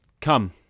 come